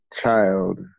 child